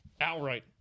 Outright